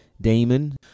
Damon